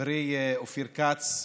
חברי אופיר כץ,